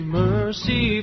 mercy